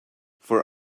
for